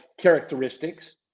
characteristics